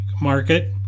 market